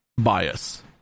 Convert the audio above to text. bias